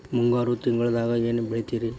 ಮುಂಗಾರು ತಿಂಗಳದಾಗ ಏನ್ ಬೆಳಿತಿರಿ?